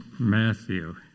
Matthew